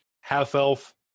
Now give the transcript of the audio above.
Half-elf